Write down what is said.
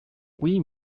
oui